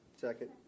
Second